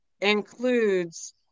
includes